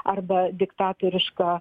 arba diktatoriška